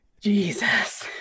Jesus